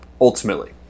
ultimately